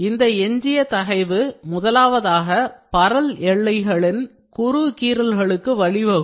இந்த எஞ்சிய தகைவு முதலாவதாக பரல் எல்லைகளில் குறு கீரல்களுக்கு வ்ழிவகுக்கும்